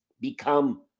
become